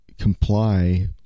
comply